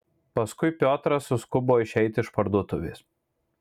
paskui piotras suskubo išeiti iš parduotuvės